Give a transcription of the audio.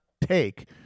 take